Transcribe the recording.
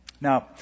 Now